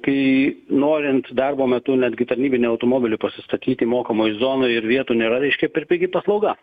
kai norint darbo metu netgi tarnybinį automobilį pasistatyti mokamoj zonoj ir vietų nėra reiškia per pigi paslauga